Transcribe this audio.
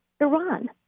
iran